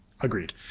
Agreed